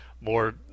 More